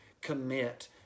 commit